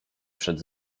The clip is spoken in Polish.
przed